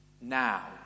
Now